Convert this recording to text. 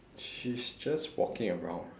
she's just walking around